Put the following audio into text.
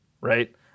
right